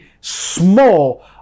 small